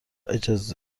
اجاره